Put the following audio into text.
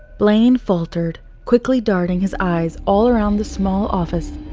blaine faltered, quickly darting his eyes all around the small office,